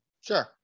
Sure